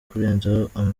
kurenzaho